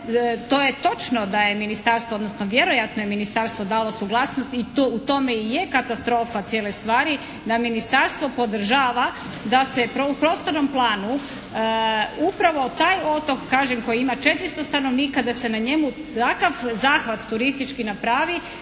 to je točno da je ministarstvo odnosno vjerojatno je ministarstvo dalo suglasnost i u tome i je katastrofa cijele stvari da ministarstvo podržava da se u prostornom planu upravo taj otok kažem koji ima četiristo stanovnika da se na njemu takav zahvat turistički napravi